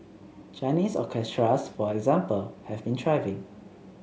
Chinese orchestras for example have been thriving